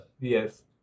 Yes